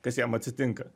kas jam atsitinka